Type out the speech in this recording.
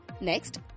Next